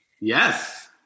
Yes